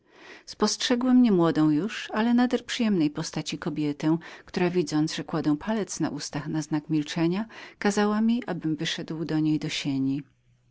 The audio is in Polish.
spostrzegłem nie młodą już ale nader przyjemnej postaci kobietę która widząc że kładłem palec na ustach na znak milczenia kazała mi abym wyszedł do niej do sieni